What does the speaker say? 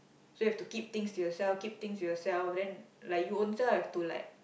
so you have to keep things to yourself keep things to yourself then you own self have to like